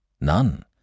None